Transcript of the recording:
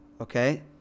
Okay